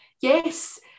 yes